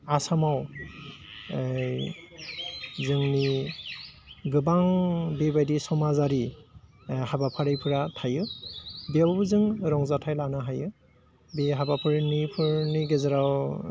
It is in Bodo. आसामाव जोंनि गोबां बेबायदि समाजारि हाबाफारिफ्रा थायो बेयावबो जों रंजाथाइ लानो हायो बि हाबाफारिनि फोरनि गेजेराव